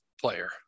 player